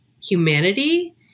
humanity